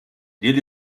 dit